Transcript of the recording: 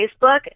Facebook